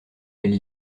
elle